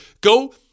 go